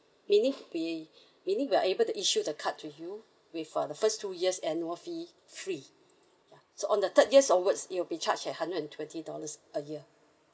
meaning we meaning we are able to issue the card to you with uh the first two years annual fee free ya so on the third years onwards it will be charged at hundred and twenty dollars a year